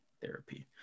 therapy